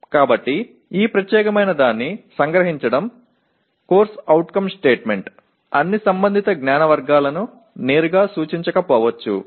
కాబట్టి ఈ ప్రత్యేకమైనదాన్ని సంగ్రహించడం CO స్టేట్మెంట్ అన్ని సంబంధిత జ్ఞాన వర్గాలను నేరుగా సూచించకపోవచ్చు